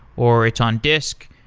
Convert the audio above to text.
or it's on disc,